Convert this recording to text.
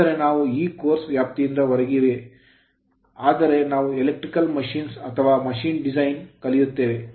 ಆದರೆ ಇವು ಈ ಕೋರ್ಸ್ ವ್ಯಾಪ್ತಿಯಿಂದ ಹೊರಗಿವೆ ಆದರೆ ನಾವು elctrical machines ವಿದ್ಯುತ್ ಯಂತ್ರಗಳಲ್ಲಿ ಅಥವಾ machine design ಯಂತ್ರ ವಿನ್ಯಾಸದಲ್ಲಿ ಕಲಿಯುತ್ತೇವೆ